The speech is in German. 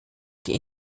die